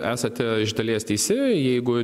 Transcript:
esate iš dalies teisi jeigu